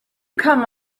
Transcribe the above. come